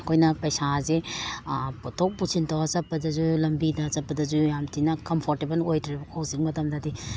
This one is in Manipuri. ꯑꯩꯈꯣꯏꯅ ꯄꯩꯁꯥꯁꯦ ꯄꯨꯊꯣꯛ ꯄꯨꯁꯤꯟ ꯇꯧꯔ ꯆꯠꯄꯗꯁꯨ ꯂꯝꯕꯤꯗ ꯆꯠꯄꯗꯁꯨ ꯌꯥꯝ ꯊꯤꯅ ꯀꯝꯐꯣꯔꯇꯦꯕꯜ ꯑꯣꯏꯗ꯭ꯔꯦꯕꯀꯣ ꯍꯧꯖꯤꯛꯀꯤ ꯃꯇꯝꯗꯗꯤ